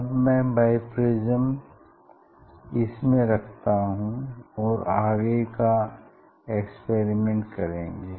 अब मैं बाइप्रिज्म इसमें रखता हूँ और आगे का एक्सपेरिमेंट करेंगे